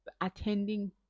attending